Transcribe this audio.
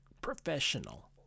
professional